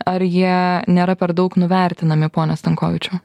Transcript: ar jie nėra per daug nuvertinami pone stankovičiau